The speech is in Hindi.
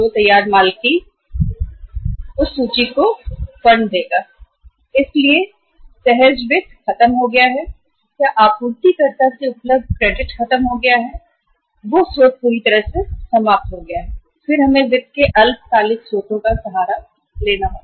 तैयार माल कि वह इन्वेंटरी जो पूर्ण निर्मित माल की इन्वेंटरी को वित्त प्रदान करेगी इसलिए सहज वित्त खत्म हो गया है या आपूर्तिकर्ता से उपलब्ध क्रेडिट खत्म हो गया है वह स्रोत पूरी तरह से समाप्त हो गया है फिर हमें वित्त के अल्पकालिक स्रोतों का सहारा लेना होगा